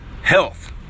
health